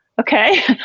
Okay